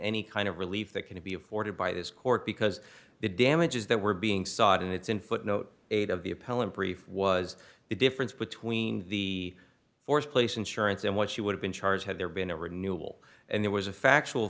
any kind of relief that can be afforded by this court because the damages that were being sought and it's in footnote eight of the appellant brief was the difference between the fourth place insurance and what she would have been charged had there been a renewal and there was a factual